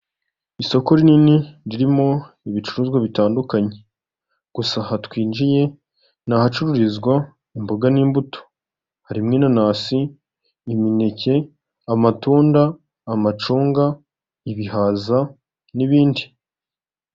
Mu ihuriro ry'imihanda ahazwi nka rompuwe, harimo imirongo igi inyuranye ifasha abagenzi n'ibinyabiziga kubisikana. Iyimirongo baba bagenzi cyangwa se abashoferi, bagomba kuyubahiriza buri umwe akagenda mu buryo bwe.